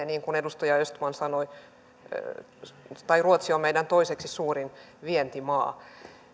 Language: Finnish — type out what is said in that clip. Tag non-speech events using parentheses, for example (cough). (unintelligible) niin kuin edustaja östman sanoi että ruotsi on meidän toiseksi suurin vientimaamme